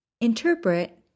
interpret